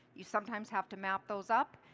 you sometimes have to map those up.